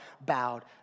bowed